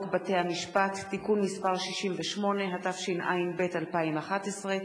בתי-המשפט (תיקון מס' 68), התשע"ב 2011,